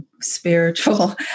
spiritual